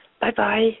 Bye-bye